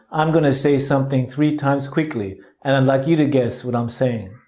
i'm gonna say something three times quickly and i'd like you to guess what i'm saying.